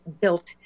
built